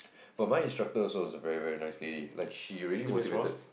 but my instructor also is a very very nice lady like she really motivated